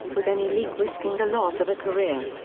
with any leak risking the loss of a career.